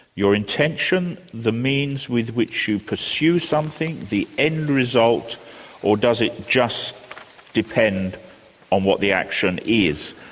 your intention the means with which you pursue something the end result or does it just depend on what the action is?